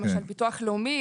למשל ביטוח לאומי,